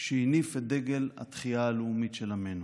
שהניף את דגל התחייה הלאומית של עמנו.